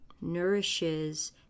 nourishes